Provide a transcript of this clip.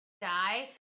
die